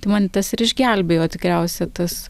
tai man tas ir išgelbėjo tikriausia tas